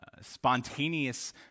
spontaneous